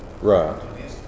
Right